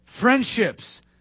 friendships